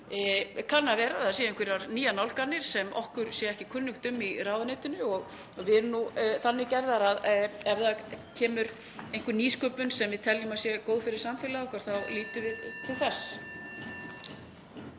kann að vera að það séu einhverjar nýjar nálganir sem okkur er ekki kunnugt um í ráðuneytinu og við erum nú þeirrar gerðar að ef það kemur einhver nýsköpun sem við teljum að sé góð fyrir samfélagið okkar þá lítum við til hennar.